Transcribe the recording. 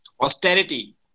austerity